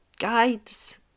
guides